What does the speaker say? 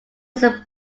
his